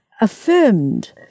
affirmed